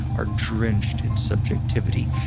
are drenched in subjectivity,